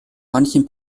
manchen